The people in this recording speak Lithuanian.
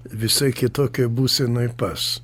visai kitokioj būsenoj pas